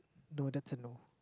no that's a no